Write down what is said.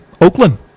Oakland